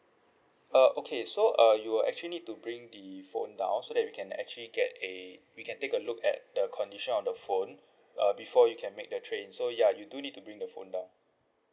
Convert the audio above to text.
uh okay so uh you will actually need to bring the phone down so that we can actually get a we can take a look at the condition of the phone uh before you can make the trade in so ya you do need to bring the phone down